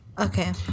Okay